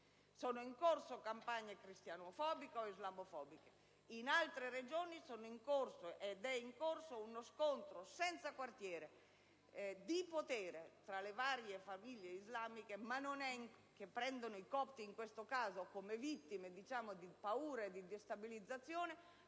Sono in corso campagne cristianofobiche o islamofobiche. In altre regioni sono in corso, ed è tuttora in corso, uno scontro senza quartiere, di potere, tra le varie famiglie islamiche, nel quale i copti sono vittime di paura e di destabilizzazione,